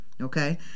okay